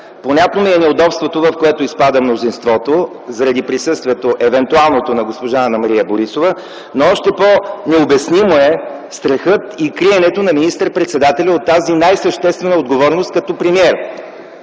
Понятно ми е неудобството, в което изпада мнозинството заради евентуалното присъствие на госпожа Анна-Мария Борисова, но още по-необясними са страхът и криенето на господин министър-председателя от тази най-съществена отговорност като премиер.